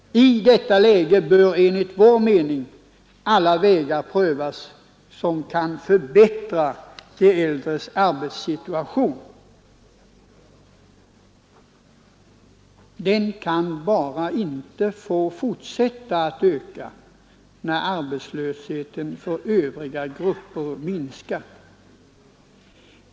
I detta läge bör enligt vår mening alla vägar prövas som kan förbättra de äldres 107 arbetssituation. Arbetslösheten för de äldre kan bara inte få fortsätta att öka när arbetslösheten för övriga grupper minskar.